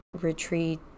retreat